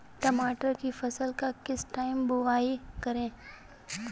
मटर की फसल का किस टाइम बुवाई करें?